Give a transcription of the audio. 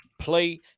play